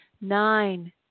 nine